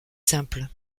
simple